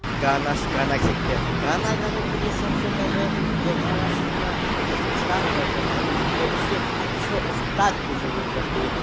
گانا گانا سیکھتے ہیں گانا گانے کے لیے سب سے پہلے جو گانا سیکھنا اسٹاٹ کرتے ہیں تو اسے اچھے استاد کی ضرورت پڑتی ہے